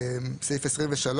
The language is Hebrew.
23,